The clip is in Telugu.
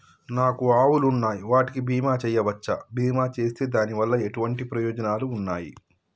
నాకు ఆవులు ఉన్నాయి వాటికి బీమా చెయ్యవచ్చా? బీమా చేస్తే దాని వల్ల ఎటువంటి ప్రయోజనాలు ఉన్నాయి?